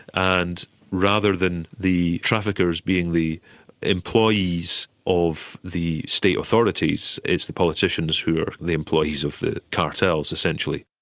and rather than the traffickers being the employees of the state authorities, it's the politicians who are the employees of the cartels essentially.